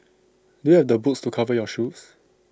do you have the boots to cover your shoes